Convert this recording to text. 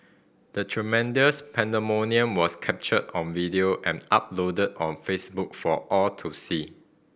the tremendous pandemonium was captured on video and uploaded on Facebook for all to see